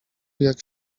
jak